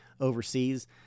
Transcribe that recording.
overseas